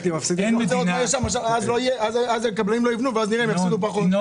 --- אז הקבלנים לא יבנו ואז נראה אם הם יפסידו פחות,